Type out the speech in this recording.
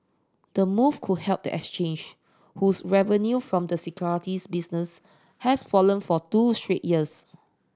the move could help the exchange whose revenue from the securities business has fallen for two straight years